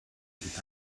guns